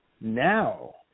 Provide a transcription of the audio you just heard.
now